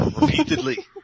Repeatedly